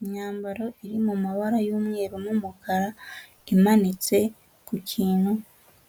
Imyambaro iri mu mabara y'umweru n'umukara, imanitse ku kintu